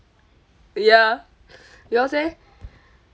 ya yours leh